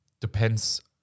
Depends